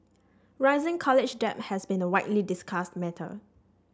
rising college debt has been a widely discussed matter